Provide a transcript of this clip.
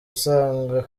usanga